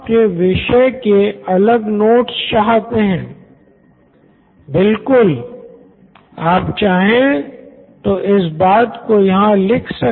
Nitin Kurian COO Knoin electronics तो इसका मतलब अगर मैंने नोट्स लिखे भी हैं तो भी मैं उससे नोट्स लेना चाहूँगा जिसने नोट्स मेरे से बेहतर लिखे हो